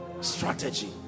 Strategy